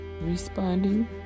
responding